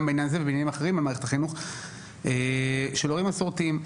גם בעניין זה ובעניינים אחרים במערכת החינוך של הורים מסורתיים.